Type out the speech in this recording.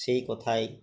সেই কথায়